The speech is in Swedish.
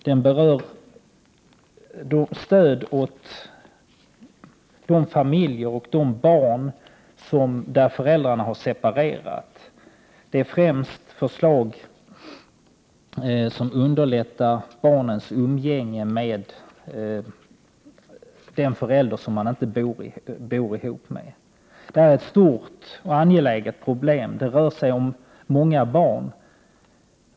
Den gäller stöd åt familjerna och åt barnen i de fall där föräldrarna har separerat och innehåller främst förslag till åtgärder som underlättar barnens umgänge med den förälder som de inte bor ihop med. Detta är ett stort och angeläget problem. Det rör sig om många barn.